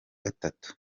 gatatu